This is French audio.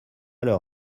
leur